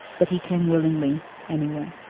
but he came willingly anyway